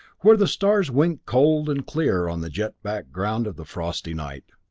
where the stars winked cold and clear on the jet background of the frosty night.